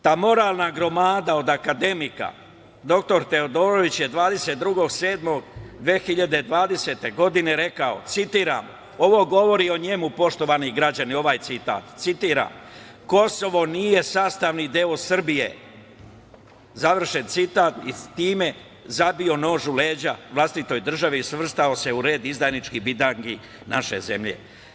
Ta moralna gromada od akademika, dr Teodorović, je 22.07.2020. godine rekao, ovo govori o njemu, poštovani građani, ovaj citat, pa citiram: „Kosovo nije sastavni deo Srbije“, završen citat i time zabio nož u leđa vlastitoj državi i svrstao se u red izdajničkih bitangi naše zemlje.